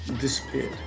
disappeared